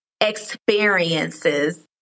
experiences